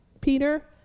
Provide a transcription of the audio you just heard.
Peter